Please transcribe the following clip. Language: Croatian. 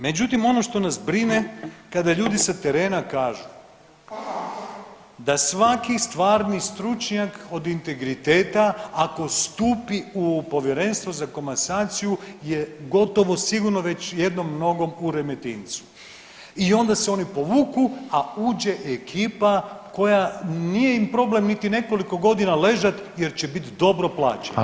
Međutim ono što nas brine kada ljudi sa terena kažu da svaki stvarni stručnjak od integriteta ako stupi u Povjerenstvo za komasaciju je gotovo sigurno već jednom nogom u Remetincu i onda se oni povuku, a uđe ekipa koja nije im problem niti nekoliko godina ležat jer će bit dobro plaćeni.